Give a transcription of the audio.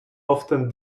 often